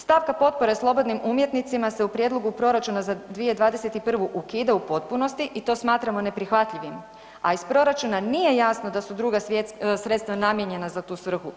Stavka „Potpore slobodnim umjetnicima“ se u prijedlogu proračuna za 2021. ukida u potpunosti i to smatramo ne prihvatljivim, a iz proračuna nije jasno da su druga sredstva namijenjena za tu svrhu.